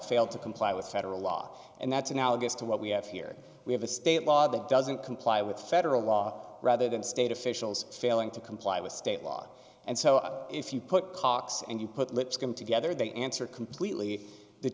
failed to comply with federal law and that's analogous to what we have here we have a state law that doesn't comply with federal law rather than state officials failing to comply with state law and so if you put cox and you put lipscomb together they answer completely the